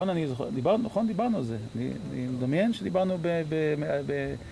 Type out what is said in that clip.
גם אני זוכר... דיברנו, נכון? דיברנו על זה. אני מדמיין שדיברנו ב... ב...?